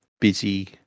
busy